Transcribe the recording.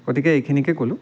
গতিকে এইখিনিকে ক'লোঁ